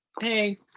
Hey